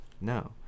No